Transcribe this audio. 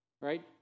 Right